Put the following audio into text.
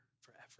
forever